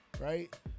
right